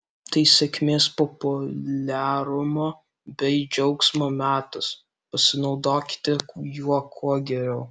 tai sėkmės populiarumo bei džiaugsmo metas pasinaudokite juo kuo geriau